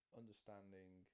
understanding